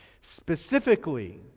Specifically